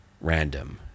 random